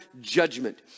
judgment